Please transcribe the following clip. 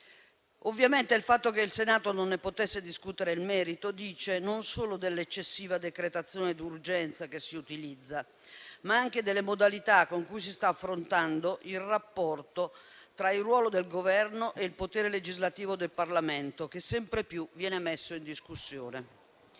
Ovviamente il fatto che il Senato non ne potesse discutere il merito dice non solo dell'eccessiva decretazione d'urgenza che si utilizza, ma anche delle modalità con cui si sta affrontando il rapporto tra il ruolo del Governo e il potere legislativo del Parlamento, che sempre più viene messo in discussione.